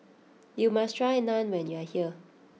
you must try Naan when you are here